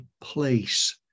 place